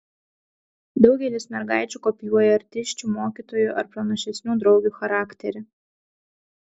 daugelis mergaičių kopijuoja artisčių mokytojų ar pranašesnių draugių charakterį